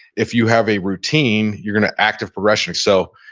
if you have a routine, you're gonna active progression. so,